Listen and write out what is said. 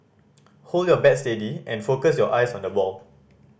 hold your bat steady and focus your eyes on the ball